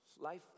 life